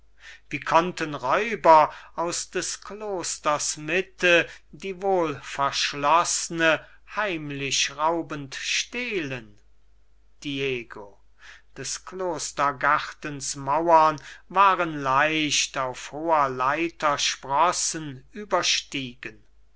wie konnten räuber aus des klosters mitte die wohlverschloßne heimlich raubend stehlen diego des klostergartens mauern waren leicht auf hoher leiter sprossen überstiegen